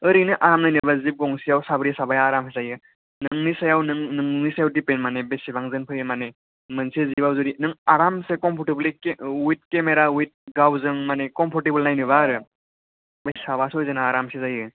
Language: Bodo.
ओरैनो आरामै नायोबा जिब गंसेयाव साब्रै साबाया आरामसे जायो नोंनि सायाव नोंनि सायाव दिपेन्द माने बेसेबां जोन फैयो माने मोनसे जिबाव जुदि नों आरामसे कमफर्थेबलि विथ केमेरा विथ गावजों माने कमफर्थेबलि नायनोबा आरो साबा चय जना आरामसे जायो